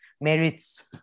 merits